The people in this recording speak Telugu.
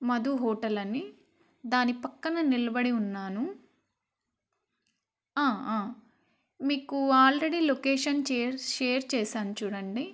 మధు హోటల్ అని దాని పక్కన నిలబడి ఉన్నాను మీకు ఆల్రెడీ లొకేషన్ చేర్ షేర్ చేసాను చూడండి